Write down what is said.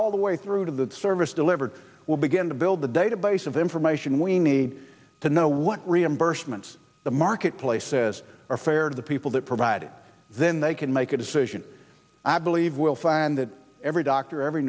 all the way through to the service delivered will begin to build the database of information we need to know what reimbursement the marketplace says are fair to the people that provide then they can make a decision i believe will sign that every doctor every